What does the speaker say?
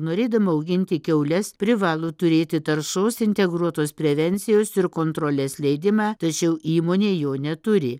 norėdama auginti kiaules privalo turėti taršos integruotos prevencijos ir kontrolės leidimą tačiau įmonė jo neturi